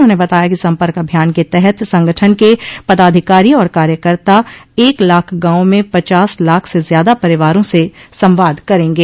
उन्होंने बताया कि सम्पर्क अभियान के तहत संगठन के पदाधिकारी और कार्यकर्ता एक लाख गाँवों में पचास लाख से ज्यादा परिवारों से संवाद करेंगे